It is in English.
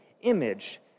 image